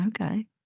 Okay